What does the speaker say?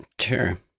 Sure